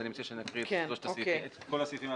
אני מציע שנקרא את כל הסעיפים.